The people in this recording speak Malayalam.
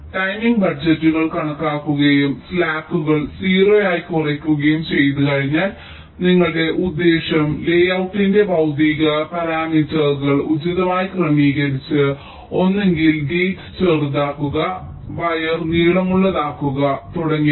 അതിനാൽ ടൈമിംഗ് ബജറ്റുകൾ കണക്കാക്കുകയും സ്ലാക്കുകൾ 0 ആയി കുറയുകയും ചെയ്തുകഴിഞ്ഞാൽ നിങ്ങളുടെ ഉദ്ദേശ്യം ലേയൌട്ടിന്റെ ഭൌതിക പാരാമീറ്ററുകൾ ഉചിതമായി ക്രമീകരിച്ച് ഒന്നുകിൽ ഗേറ്റ് ചെറുതാക്കുക വയറുകൾ നീളമുള്ളതാക്കുക തുടങ്ങിയവ